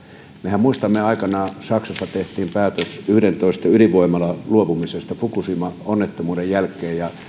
mehän muistamme että aikanaan saksassa tehtiin päätös yhdestätoista ydinvoimalasta luopumisesta fukushima onnettomuuden jälkeen ja